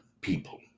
people